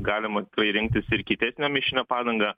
galima rinktis ir kietesnio mišinio padangą